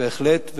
בהחלט,